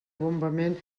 bombament